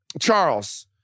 Charles